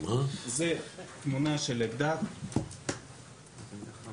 זו תמונה של האקדח עצמו.